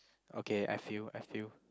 okay I feel I feel